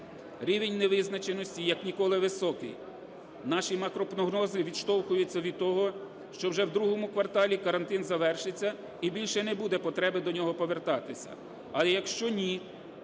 Рівень невизначеності як ніколи високий. Наші макропрогнози відштовхуються від того, що вже в ІІ кварталі карантин завершиться і більше не буде потреби до нього повертатися. А якщо ні,